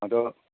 ꯑꯗꯣ